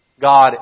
God